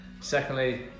Secondly